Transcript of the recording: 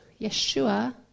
Yeshua